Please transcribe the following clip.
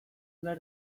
nola